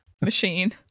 machine